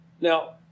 Now